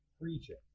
preaching